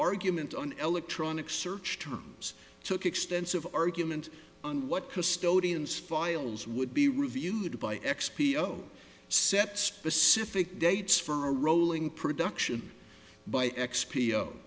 argument on elec tronics search terms took extensive argument on what custodians files would be reviewed by x p o set specific dates for rolling production by x